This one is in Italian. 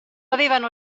avevano